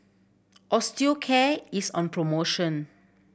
Osteocare is on promotion